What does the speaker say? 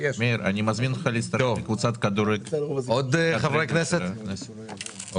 עוד חברי כנסת מבקשים לדבר?